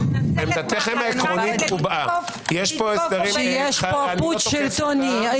יש פה פוטש שלטוני.